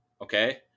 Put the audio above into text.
okay